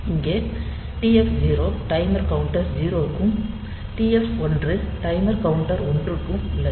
இங்கே TF0 timer counter 0 க்கும் TF1 timer counter 1 க்கும் உள்ளது